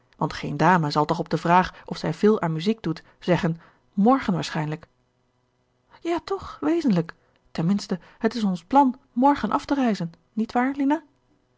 want geen dame zal toch op de vraag of zij veel aan muziek doet zeggen morgen waarschijnlijk ja toch wezenlijk ten minste het is ons plan morgen af te reizen niet waar